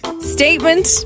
Statement